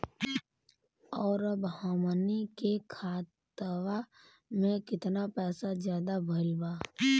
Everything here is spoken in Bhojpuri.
और अब हमनी के खतावा में कितना पैसा ज्यादा भईल बा?